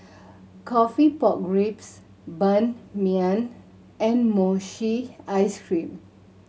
coffee pork ribs Ban Mian and mochi ice cream